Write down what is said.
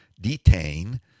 detain